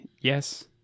yes